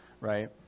right